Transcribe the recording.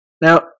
now